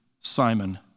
Simon